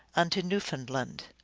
unto new foundland.